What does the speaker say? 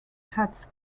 had